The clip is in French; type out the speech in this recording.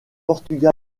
portugal